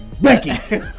Becky